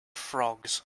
frogs